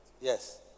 Yes